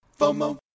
FOMO